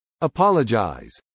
apologize